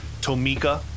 Tomika